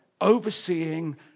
overseeing